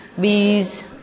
bees